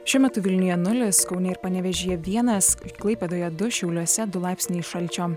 šiuo metu vilniuje nulis kaune ir panevėžyje vienas klaipėdoje du šiauliuose du laipsniai šalčio